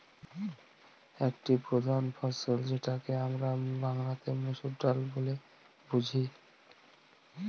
একটি প্রধান ফসল যেটাকে আমরা বাংলাতে মসুর ডাল বলে বুঝি